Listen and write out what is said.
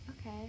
Okay